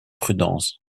prudence